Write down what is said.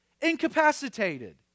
incapacitated